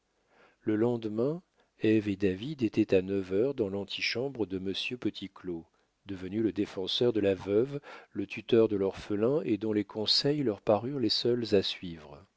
le lendemain ève et david étaient à neuf heures dans l'antichambre de monsieur petit claud devenu le défenseur de la veuve le tuteur de l'orphelin et dont les conseils leur parurent les seuls à suivre